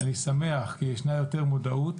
אני שמח כי ישנה יותר מודעות,